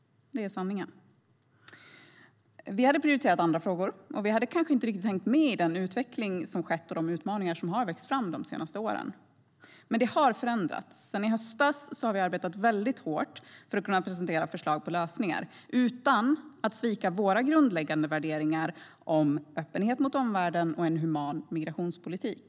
Det är sanningen. Vi hade prioriterat andra frågor och kanske inte riktigt hängt med i den utveckling som skett och de utmaningar som vuxit fram de senaste åren. Men det har förändrats. Sedan i höstas har vi arbetat väldigt hårt för att kunna presentera förslag på lösningar, utan att svika våra grundläggande värderingar om öppenhet mot omvärlden och en human migrationspolitik.